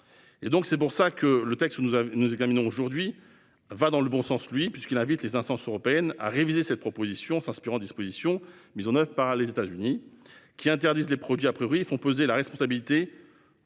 qu'elle n'est pas suffisante. Le texte que nous examinons aujourd'hui, lui, va dans le bon sens, puisqu'il invite les instances européennes à réviser cette proposition en s'inspirant des dispositions mises en oeuvre par les États-Unis, qui interdisent les produits et font peser la responsabilité